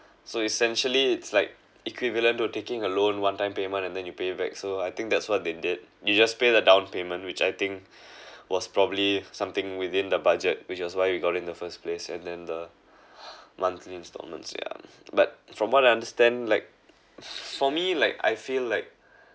so essentially it's like equivalent to taking a loan one time payment and then you pay back so I think that's what they did you just pay the down payment which I think was probably something within the budget which was why you got it in the first place and then the monthly instalments ya but from what I understand like for me like I feel like